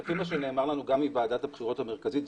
לפי מה שנאמר לנו גם מוועדת הבחירות המרכזית,